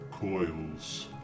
coils